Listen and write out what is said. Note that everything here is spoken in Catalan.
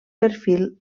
perfil